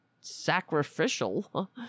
sacrificial